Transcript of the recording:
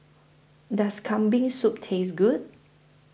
Does Kambing Soup Taste Good